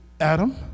Adam